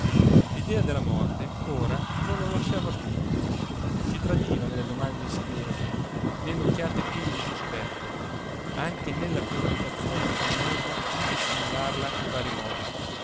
l'idea della morte ora non lo lasciava più si tradiva nelle domande insidiose nelle occhiate piene di sospetto anche nella preoccupazione affannosa di dissimularla in vari modi